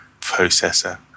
processor